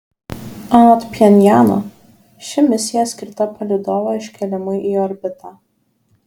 anot pchenjano ši misija skirta palydovo iškėlimui į orbitą